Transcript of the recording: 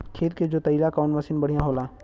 खेत के जोतईला कवन मसीन बढ़ियां होला?